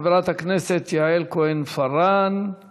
חברת הכנסת יעל כהן-פארן,